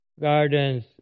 gardens